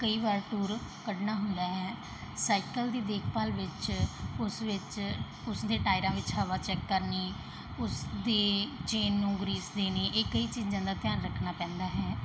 ਕਈ ਵਾਰ ਟੂਰ ਕੱਢਣਾ ਹੁੰਦਾ ਹੈ ਸਾਈਕਲ ਦੀ ਦੇਖਭਾਲ ਵਿੱਚ ਉਸ ਵਿੱਚ ਉਸ ਦੇ ਟਾਇਰਾਂ ਵਿੱਚ ਹਵਾ ਚੈੱਕ ਕਰਨੀ ਉਸਦੇ ਚੇਨ ਨੂੰ ਗਰੀਸ ਦੇਣੀ ਇਹ ਕਈ ਚੀਜ਼ਾਂ ਦਾ ਧਿਆਨ ਰੱਖਣਾ ਪੈਂਦਾ ਹੈ